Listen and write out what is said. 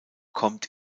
kommt